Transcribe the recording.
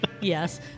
yes